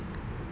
I woke up